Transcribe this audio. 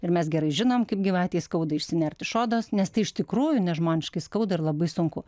ir mes gerai žinom kaip gyvatei skauda išsinert iš odos nes tai iš tikrųjų nežmoniškai skauda ir labai sunku